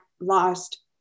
lost